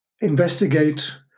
Investigate